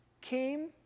came